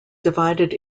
divided